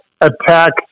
attack